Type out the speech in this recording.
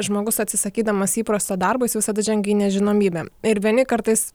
žmogus atsisakydamas įprasto darbo jis visada žengia į nežinomybę ir vieni kartais